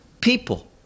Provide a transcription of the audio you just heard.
people